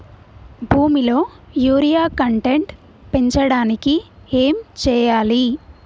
భూమిలో urea content పెంచడానికి ఏం చేయాలి?